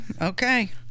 okay